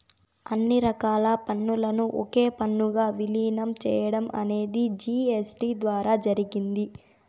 అన్ని రకాల పన్నులను ఒకే పన్నుగా విలీనం చేయడం అనేది జీ.ఎస్.టీ ద్వారా జరిగింది